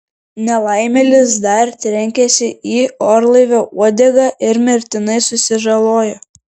nelaimėlis dar trenkėsi į orlaivio uodegą ir mirtinai susižalojo